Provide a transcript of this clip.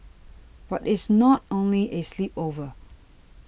but it's not only a sleepover